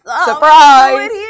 surprise